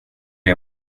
det